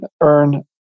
earn